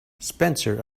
spencer